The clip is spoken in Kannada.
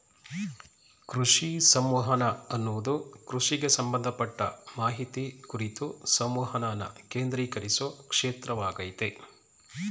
ಕೃಷಿ ಸಂವಹನ ಅನ್ನದು ಕೃಷಿಗ್ ಸಂಬಂಧಪಟ್ಟ ಮಾಹಿತಿ ಕುರ್ತು ಸಂವಹನನ ಕೇಂದ್ರೀಕರ್ಸೊ ಕ್ಷೇತ್ರವಾಗಯ್ತೆ